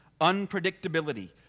unpredictability